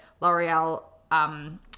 L'Oreal